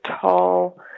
tall